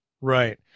Right